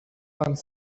vingt